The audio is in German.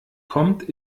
kommt